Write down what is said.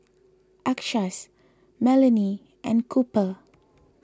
Achsahs Melony and Cooper